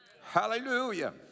Hallelujah